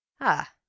Ah